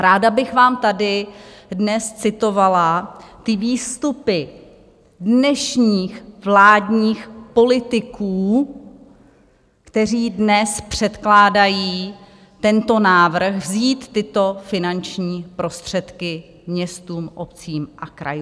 Ráda bych vám tady dnes citovala výstupy dnešních vládních politiků, kteří dnes předkládají tento návrh, vzít tyto finanční prostředky městům, obcím a krajům.